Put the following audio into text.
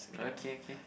okay okay